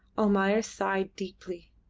almayer sighed deeply.